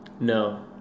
no